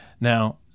Now